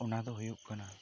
ᱚᱱᱟ ᱫᱚ ᱦᱩᱭᱩᱜ ᱠᱟᱱᱟ